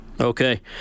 Okay